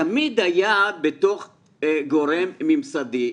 תמיד היה בתוך גורם ממסדי,